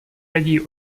raději